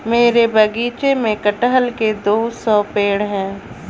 मेरे बगीचे में कठहल के दो सौ पेड़ है